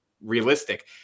realistic